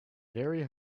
very